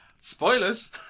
Spoilers